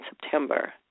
September